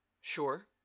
Sure